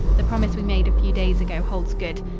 the promise we made a few days ago holds good.